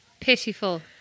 pitiful